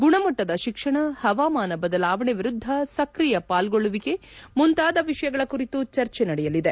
ಗುಣಮಟ್ಟದ ಶಿಕ್ಷಣ ಹವಾಮಾನ ಬದಲಾವಣೆ ವಿರುದ್ಧ ಸ್ತ್ರಿಯ ಪಾಲ್ಗೊಳ್ಳುವಿಕೆ ಮುಂತಾದ ವಿಷಯಗಳ ಕುರಿತು ಚರ್ಚೆ ನಡೆಯಲಿದೆ